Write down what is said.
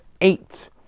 eight